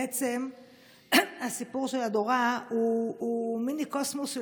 בעצם הסיפור של אדורה הוא מיני-קוסמוס של